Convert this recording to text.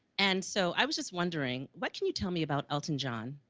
and so i was just wondering what can you tell me about elton john?